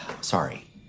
Sorry